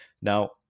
Now